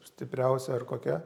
stipriausia ar kokia